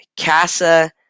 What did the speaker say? CASA